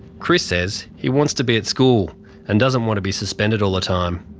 chris says he wants to be at school and doesn't want to be suspended all the time.